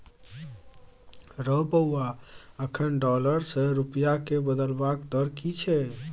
रौ बौआ अखन डॉलर सँ रूपिया केँ बदलबाक दर की छै?